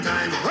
Time